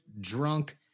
drunk